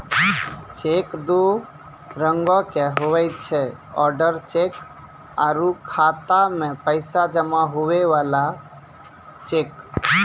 cheque दू रंगोके हुवै छै ओडर चेक आरु खाता मे पैसा जमा हुवै बला चेक